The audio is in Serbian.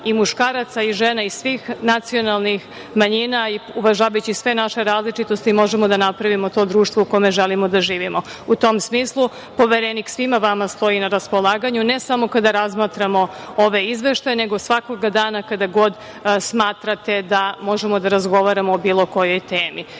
i muškaraca i žena i svih nacionalnih manjina i uvažavajući sve naše različitosti možemo da napravimo to društvo u kome želimo da živimo.U tom smislu Poverenik svima vama stoji na raspolaganju, ne samo kada razmatramo ove izveštaje, nego svakog dana kada god smatrate da možemo da razgovaramo o bilo kojoj temi.